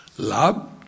Love